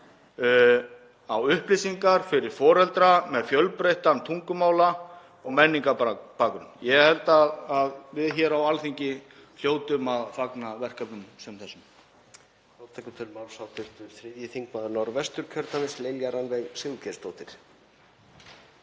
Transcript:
á upplýsingar fyrir foreldra með fjölbreyttan tungumála- og menningarbakgrunn. Ég held að við hér á Alþingi hljótum að fagna verkefnum sem þessum.